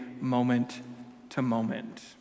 moment-to-moment